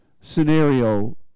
scenario